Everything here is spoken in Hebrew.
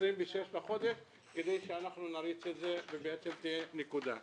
ב-26 בחודש חונכים אותה כדי שנריץ את זה כך שתהיה נקודה במקום.